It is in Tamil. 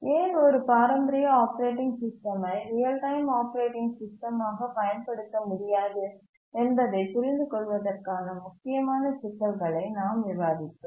ஏன் ஒரு பாரம்பரிய ஆப்பரேட்டிங் சிஸ்டமை ரியல் டைம் ஆப்பரேட்டிங் சிஸ்டமாக பயன்படுத்த முடியாது என்பதைப் புரிந்துகொள்வதற்கான முக்கியமான சிக்கல்களை நாம் விவாதித்தோம்